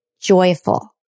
joyful